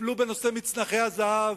טיפלו בנושא מצנחי הזהב,